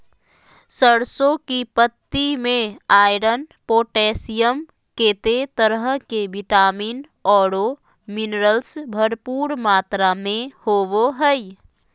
सरसों की पत्ति में आयरन, पोटेशियम, केते तरह के विटामिन औरो मिनरल्स भरपूर मात्रा में होबो हइ